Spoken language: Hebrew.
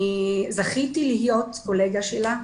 אני זכיתי להיות קולגה שלה,